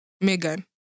Megan